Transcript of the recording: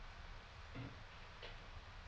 mm